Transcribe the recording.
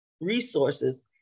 resources